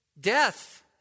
death